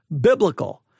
biblical